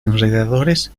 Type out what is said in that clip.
enredadores